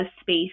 space